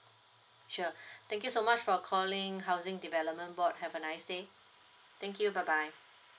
sure thank you so much for calling housing development board have a nice day thank you bye bye